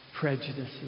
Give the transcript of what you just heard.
prejudices